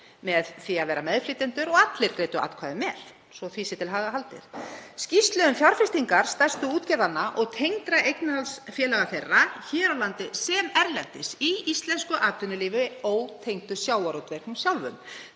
með því að vera meðflytjendur og allir greiddu atkvæði með, svo því sé til haga haldið: Skýrslu um fjárfestingar stærstu útgerðanna og tengdra eignarhaldsfélaga þeirra hér á landi sem erlendis í íslensku atvinnulífi, ótengdu sjávarútveginum sjálfum.